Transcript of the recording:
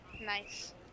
Nice